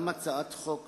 וגם על הצעת חוק